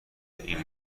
این